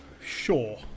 Sure